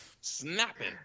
Snapping